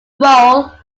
roll